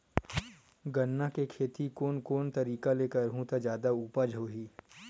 गन्ना के खेती कोन कोन तरीका ले करहु त जादा उपजाऊ होही?